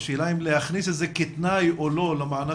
על השאלה אם להכניס את זה כתנאי או לא למענקים,